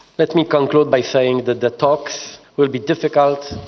let me conclude by saying that the talks will be difficult,